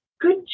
Good